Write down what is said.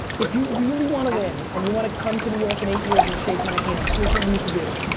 if you really wanna win and you wanna come to new york in eight years and shake my hand, here's what you need to do.